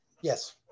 Yes